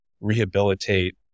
rehabilitate